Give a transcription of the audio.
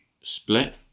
split